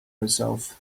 herself